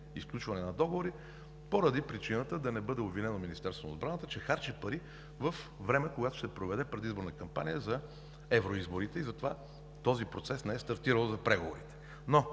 и сключване на договори поради причината да не бъде обвинено Министерството на отбраната, че харчи пари във време, когато ще се проведе предизборна капания за евроизборите и затова този процес за преговорите